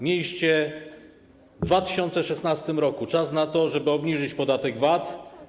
Mieliście w 2016 r. czas na to, żeby obniżyć podatek VAT.